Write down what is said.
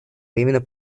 временно